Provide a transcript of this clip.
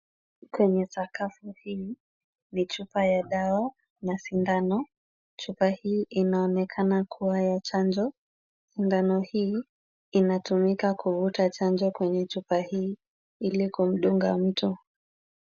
Kwenye sakafu hii ni chupa ya dawa na sindano, chupa hii inaonekana kuwa ya chanjo. Sindano hii inatumika kuvuta chanjo kwenye chupa hii ili kumdunga mtu.